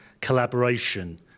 collaboration